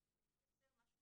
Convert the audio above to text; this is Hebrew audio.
ולייצר משהו